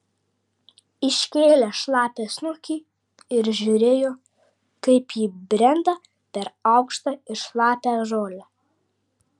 iškėlė šlapią snukį ir žiūrėjo kaip ji brenda per aukštą ir šlapią žolę